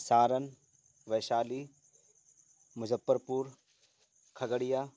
Saran Vaishali Muzaffarpur Khagaria